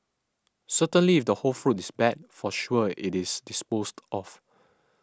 certainly if the whole fruit is bad for sure it is disposed of